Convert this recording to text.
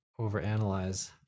overanalyze